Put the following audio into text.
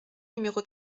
numéro